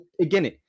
again